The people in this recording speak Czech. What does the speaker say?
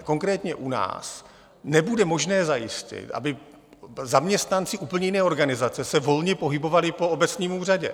Konkrétně u nás nebude možné zajistit, aby zaměstnanci úplně jiné organizace se volně pohybovali po obecním úřadě.